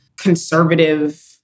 conservative